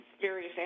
various